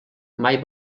mai